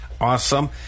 Awesome